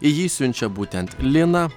į jį siunčia būtent liną